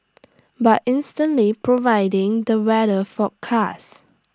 by instantly providing the weather forecast